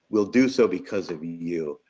we'll do so because of you.